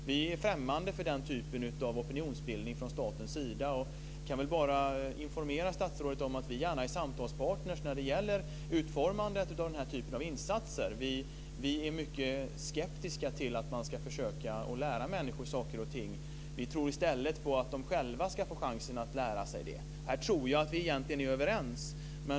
Vi är främmande för den typen av opinionsbildning från statens sida och kan bara informera statsrådet om att vi gärna är samtalspartner när det gäller utformandet av denna typ av insatser. Vi är mycket skeptiska till att man ska försöka lära människor saker och ting. Vi tror i stället på att de själva ska få chansen att lära sig. Här tror jag att vi egentligen är överens.